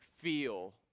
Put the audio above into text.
feel